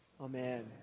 Amen